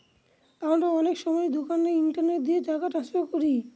আমরা অনেক সময়তো দোকানে ইন্টারনেট দিয়ে টাকা ট্রান্সফার করি